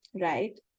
right